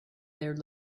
their